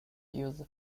use